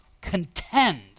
contend